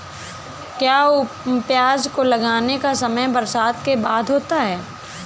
क्या प्याज को लगाने का समय बरसात के बाद होता है?